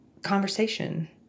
conversation